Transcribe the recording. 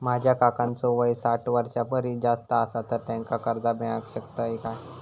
माझ्या काकांचो वय साठ वर्षां परिस जास्त आसा तर त्यांका कर्जा मेळाक शकतय काय?